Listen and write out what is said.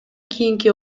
кийинки